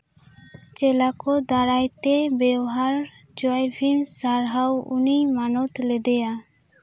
ᱪᱮᱞᱟ ᱠᱚ ᱫᱟᱨᱟᱭ ᱛᱮ ᱵᱮᱣᱦᱟᱨ ᱴᱨᱟᱭᱵᱷᱤᱞ ᱥᱟᱨᱦᱟᱣ ᱩᱱᱤ ᱢᱟᱱᱚᱛ ᱞᱮᱫᱮᱭᱟ